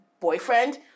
boyfriend